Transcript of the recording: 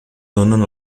donen